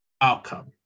outcome